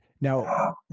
Now